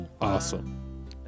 Awesome